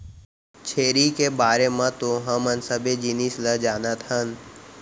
छेरी के बारे म तो हमन सबे जिनिस ल जानत हन